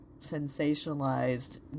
sensationalized